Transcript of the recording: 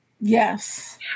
Yes